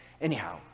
anyhow